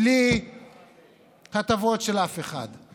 בלי טובות של אף אחד.